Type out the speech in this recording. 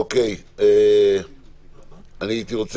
אופירה